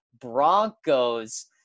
Broncos